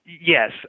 Yes